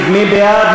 01,